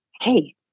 Hey